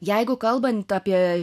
jeigu kalbant apie